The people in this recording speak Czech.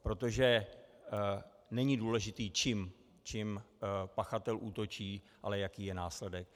Protože není důležité, čím pachatel útočí, ale jaký je následek.